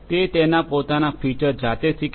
તે તેના પોતાના ફિચર જાતે જ શીખે છે